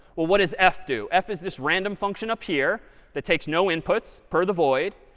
well what does f do? f is this random function up here that takes no inputs per the void.